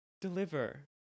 deliver